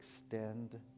extend